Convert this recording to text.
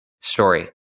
story